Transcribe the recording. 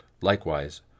Likewise